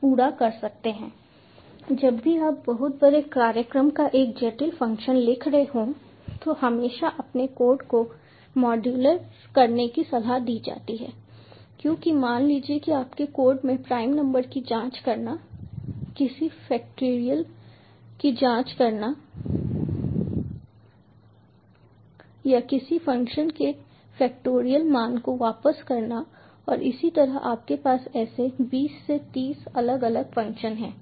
पूरा कर सकते हैं जब भी आप बहुत बड़े कार्यक्रम का एक जटिल फंक्शन लिख रहे हों तो हमेशा अपने कोड को मॉड्यूलर करने की सलाह दी जाती है क्योंकि मान लीजिए कि आपके कोड में प्राइम नंबर की जाँच करना किसी फैक्टरियल की जाँच करना या किसी फंक्शन के फैक्टोरियल मान को वापस करना और इसी तरह आपके पास ऐसे 20 से 30 अलग अलग फंक्शन हैं